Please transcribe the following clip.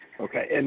okay